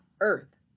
Earth